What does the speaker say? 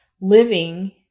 living